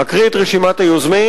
אקריא את רשימת היוזמים.